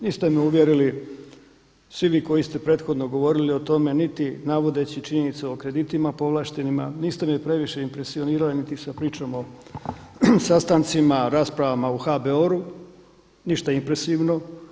Niste me uvjerili svi vi koji ste prethodno govorili o tome niti navodeći činjenice o kreditima povlaštenima, niste me previše impresionirali niti sa pričom o sastancima, raspravama u HBOR-u, ništa impresivno.